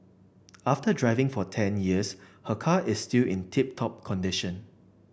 after driving for ten years her car is still in tip top condition